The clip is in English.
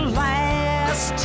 last